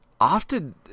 often